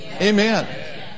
Amen